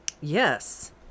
Yes